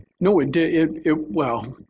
no, it did it it well,